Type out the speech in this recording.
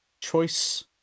choice